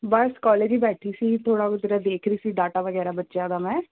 ਬਸ college ਹੀ ਬੈਠੀ ਸੀ ਥੋੜ੍ਹਾ ਬਹੁਤਾ ਦੇਖ ਰਹੀ ਸੀ ਡਾਟਾ ਵਗੈਰਾ ਬੱਚਿਆਂ ਦਾ ਮੈਂ